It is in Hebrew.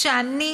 כשאני